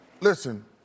Listen